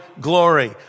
glory